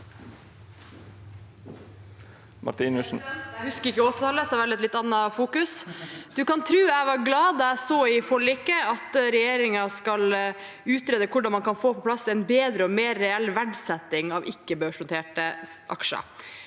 Du kan tro jeg var glad da jeg så i forliket at regjeringen skal utrede hvordan man kan få på plass en bedre og mer reell verdsetting av ikkebørsnoterte aksjer,